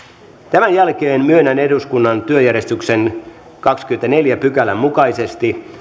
tämän jälkeen myönnän eduskunnan työjärjestyksen kahdennenkymmenennenneljännen pykälän mukaisesti